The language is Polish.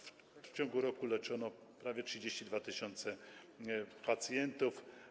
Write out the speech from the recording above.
W ciągu roku leczono prawie 32 tys. pacjentów.